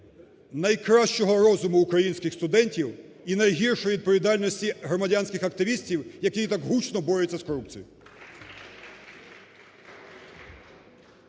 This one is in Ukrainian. найкращого розуму українських студентів і найгіршої відповідальності громадянських активістів, які так гучно борються з корупцією.